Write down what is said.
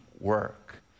work